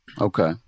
Okay